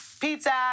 Pizza